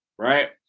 Right